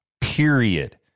Period